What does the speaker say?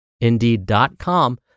indeed.com